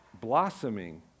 blossoming